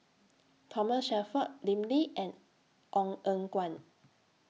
Thomas Shelford Lim Lee and Ong Eng Guan